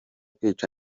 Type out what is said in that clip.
kwica